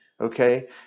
okay